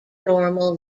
normal